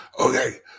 Okay